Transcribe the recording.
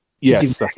yes